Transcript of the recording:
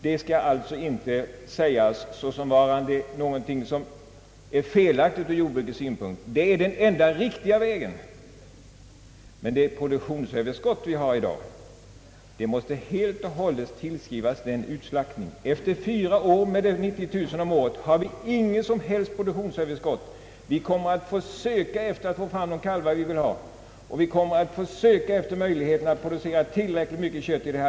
Detta är alltså ingenting ur jordbrukets synpunkt felaktigt utan den enda riktiga vägen. Dagens produktionsöverskott måste helt och hållet tillskrivas den stora utslaktningen, men efter fyra år med över 90 000 slaktade djur om året har vi inget som helst produktionsöverskott. Då kommer vi att få söka efter de kalvar vi vill ha, det blir mycket svårt att producera kött i tillräckliga kvantiteter inom landet.